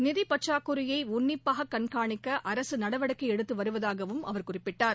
நிதிப்பற்றாக்குறையை உன்னிப்பாக கண்காணிக்க அரசு நடவடிக்கை எடுத்து வருவதாகவும் அவர் குறிப்பிட்டார்